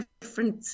different –